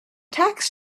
tax